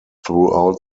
throughout